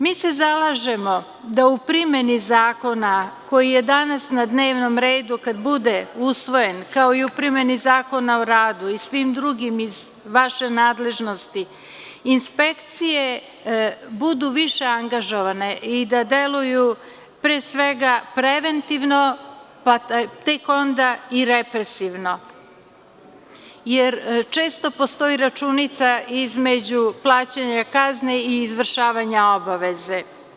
Mi se zalažemo da u primeni zakona, koji je danas na dnevnom redu kad bude usvojen, kao i u primeni Zakona o radu i svim drugim iz vaše nadležnosti, inspekcije budu više angažovane i da deluju pre svega preventivno, pa tek onda i represivno, jer često postoji računica između plaćanja kazni i izvršavanja obaveze.